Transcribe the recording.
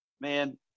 man